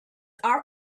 our